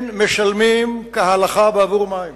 אין משלמים כהלכה בעבור מים.